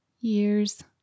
years